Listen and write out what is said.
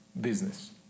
business